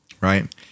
Right